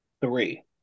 three